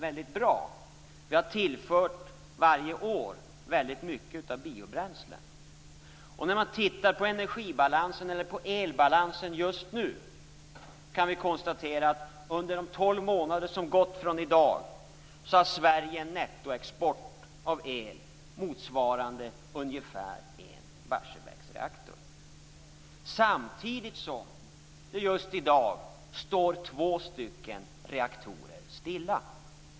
Vi har varje år tillfört väldigt mycket av biobränslen. Och tittar man på elbalansen just nu kan man konstatera att under de tolv månader som har gått fram till i dag har Sverige en nettoexport av el motsvarande ungefär en Barsebäcksreaktor. Samtidigt står i dag två reaktorer stilla.